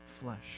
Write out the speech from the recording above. flesh